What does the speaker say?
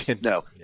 No